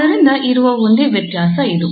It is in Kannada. ಆದ್ದರಿಂದ ಇರುವ ಒಂದೇ ವ್ಯತ್ಯಾಸ ಇದು